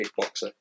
kickboxer